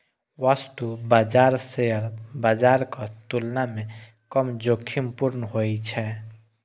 वस्तु बाजार शेयर बाजारक तुलना मे कम जोखिमपूर्ण होइ छै